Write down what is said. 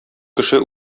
кеше